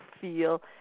feel